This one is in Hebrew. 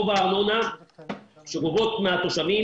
רוב הארנונה שגובות מהתושבים,